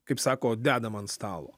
kaip sako dedam ant stalo